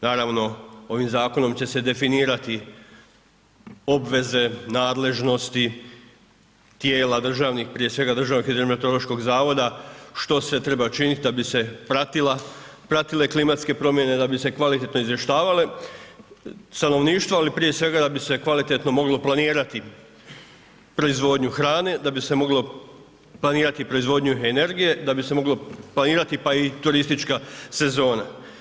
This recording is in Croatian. Naravno ovim zakonom će se definirati obveze nadležnosti tijela državnih, prije svega DHMZ što sve treba činiti da bi se pratile klimatske promjene, da bi se kvalitetno izvještavalo stanovništvo ali prije svega da bi se kvalitetno moglo planirati proizvodnju hrane, da bi se moglo planirati proizvodnju energije, da bi se moglo planirati pa i turistička sezona.